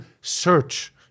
search